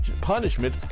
punishment